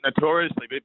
notoriously